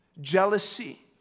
Jealousy